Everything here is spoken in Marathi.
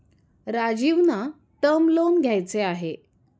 राजीवना टर्म लोन घ्यायचे आहे